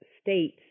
states